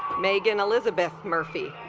megan elizabeth murphy